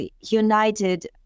United